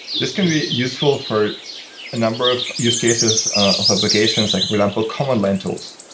this can be useful for a number of use cases of applications, like with ample common line tools.